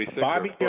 Bobby